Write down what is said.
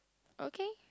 okay